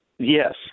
Yes